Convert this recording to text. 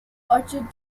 orchard